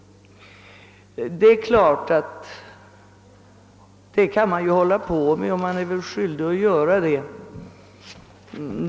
Man är förmodligen skyldig att uppträda på det sättet.